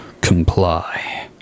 comply